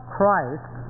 Christ